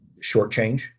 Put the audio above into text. shortchange